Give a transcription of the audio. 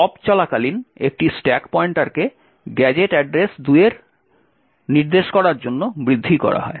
এবং পপ চলাকালীন একটি স্ট্যাক পয়েন্টারকে গ্যাজেট অ্যাড্রেস 2 এ নির্দেশ করার জন্য বৃদ্ধি করা হয়